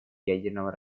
ядерного